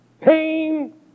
pain